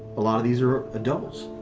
a lot of these are adults,